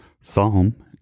Psalm